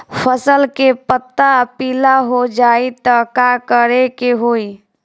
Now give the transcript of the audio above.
फसल के पत्ता पीला हो जाई त का करेके होई?